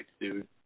dude